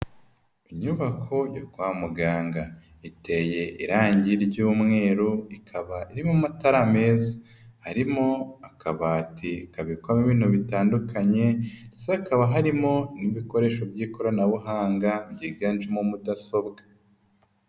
Inyubako yo kwa muganga iteye irangi ry'umweru, ikaba irimo amatara meza, harimo akabati kabikwamo ibintu bitandukanye, hakaba harimo n'ibikoresho by'ikoranabuhanga byiganjemo mudasobwa.